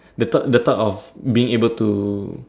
the thought the thought of being able to